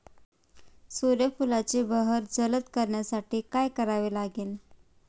सूर्यफुलाची बहर जलद करण्यासाठी काय करावे लागेल?